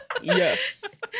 Yes